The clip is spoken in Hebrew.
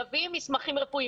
יביא מסמכים רפואיים.